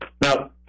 Now